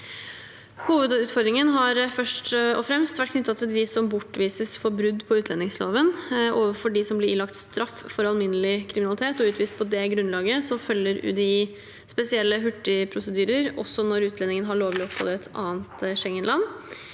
Hovedutfordringen har først og fremst vært knyttet til dem som bortvises for brudd på utlendingsloven. Overfor dem som blir ilagt straff for alminnelig kriminalitet, og utvist på det grunnlaget, følger UDI spesielle hurtigprosedyrer, også når utlendingen har lovlig opphold i et annet Schengen-land.